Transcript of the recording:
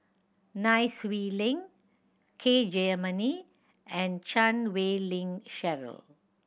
Nai Swee Leng K Jayamani and Chan Wei Ling Cheryl